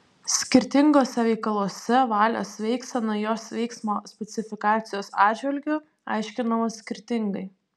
skirtinguose veikaluose valios veiksena jos veiksmo specifikacijos atžvilgiu aiškinama skirtingai